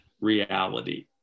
reality